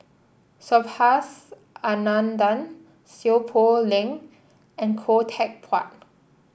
Subhas Anandan Seow Poh Leng and Khoo Teck Puat